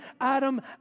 Adam